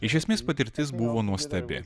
iš esmės patirtis buvo nuostabi